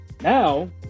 now